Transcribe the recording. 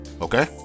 Okay